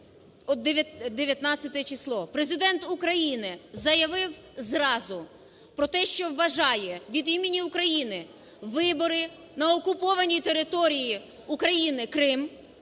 19 число, Президент України заявив зразу про те, що вважає від імені України, вибори на окупованій території України Крим